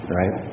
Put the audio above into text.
right